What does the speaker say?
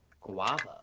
Guava